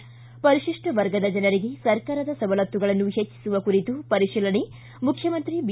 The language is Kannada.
ಿಂ ಪರಿಶಿಷ್ಟ ವರ್ಗದ ಜನರಿಗೆ ಸರ್ಕಾರದ ಸವಲತ್ತುಗಳನ್ನು ಹೆಚ್ಚಿಸುವ ಕುರಿತು ಪರಿಶೀಲನೆ ಮುಖ್ಯಮಂತ್ರಿ ಬಿ